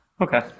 Okay